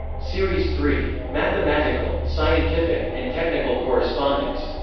series three. mathematical, scientific, and technical correspondence.